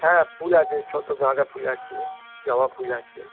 হ্যাঁ ফুল আছে ছোটো গাঁদা ফুল আছে জবা ফুল আছে